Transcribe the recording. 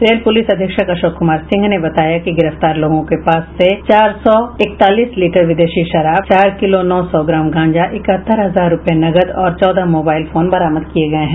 rail police अधीक्षक अशोक कुमार सिंह ने बताया कि गिरफ्तार लोगों के पास से चार सौ इकतालीस लीटर विदेशी शराब चार किलो नौ सौ ग्राम गांजा इकहत्तर हजार रुपये नकद और चौदह मोबाइल फोन बरामद किये गये हैं